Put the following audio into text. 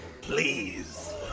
Please